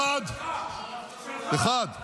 פלדשטיין הוא